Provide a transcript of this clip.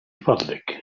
فضلك